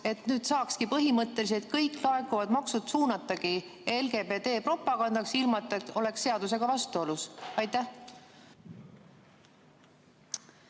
et saaks põhimõtteliselt kõik laekuvad maksud suunatagi LGBT propagandaks, ilma et see oleks seadusega vastuolus. Aitäh!